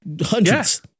hundreds